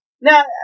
Now